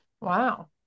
Wow